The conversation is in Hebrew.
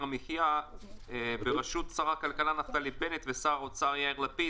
המחיה ברשות שר הכלכלה נפתלי בנט ושר האוצר יאיר לפיד,